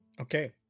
Okay